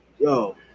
Yo